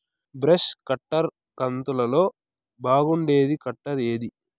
Brush cutter కంతులలో బాగుండేది cutter ఏది?